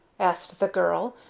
asked the girl,